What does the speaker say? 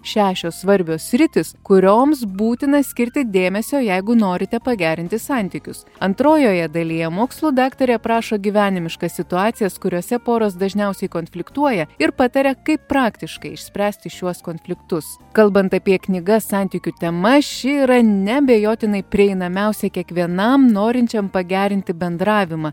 šešios svarbios sritys kurioms būtina skirti dėmesio jeigu norite pagerinti santykius antrojoje dalyje mokslų daktarė aprašo gyvenimiškas situacijas kuriose poros dažniausiai konfliktuoja ir pataria kaip praktiškai išspręsti šiuos konfliktus kalbant apie knygas santykių tema ši yra neabejotinai prieinamiausia kiekvienam norinčiam pagerinti bendravimą